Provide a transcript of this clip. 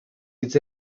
hitz